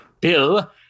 Bill